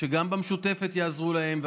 שגם במשותפת יעזרו להם.